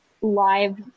live